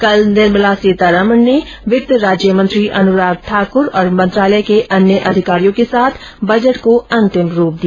कल निर्मला सीतारमण ने वित्त राज्य मंत्री अनुराग ठाकुर और मंत्रालय के अन्य अधिकारियों के साथ बजट को अंतिम रूप दिया